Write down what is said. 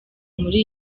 muri